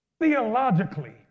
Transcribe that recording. Theologically